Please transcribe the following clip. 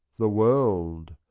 the world!